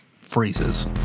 freezes